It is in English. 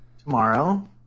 tomorrow